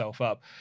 Up